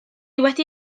wedi